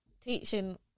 teaching